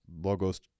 logos